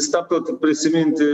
stabtelt ir prisiminti